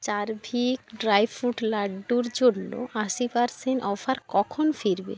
চারভিক dry fruit লাড্ডুর জন্য আশি পারসেন্ট অফার কখন ফিরবে